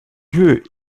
lieu